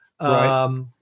Right